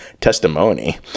testimony